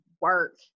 work